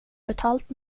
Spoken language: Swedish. betalt